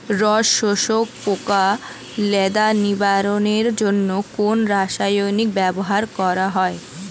রস শোষক পোকা লেদা নিবারণের জন্য কোন রাসায়নিক ব্যবহার করা হয়?